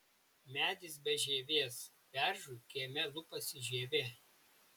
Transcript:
medis be žievės beržui kieme lupasi žievė